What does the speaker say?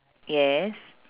yes